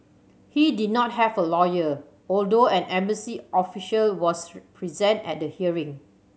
he did not have a lawyer although an embassy official was present at the hearing